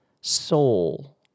Soul